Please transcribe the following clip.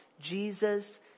Jesus